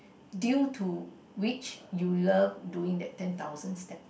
due to which you love doing that ten thousand steps